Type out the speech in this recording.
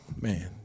man